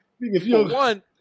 One